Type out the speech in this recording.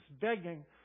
begging